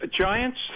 Giants